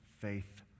faith